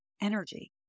energy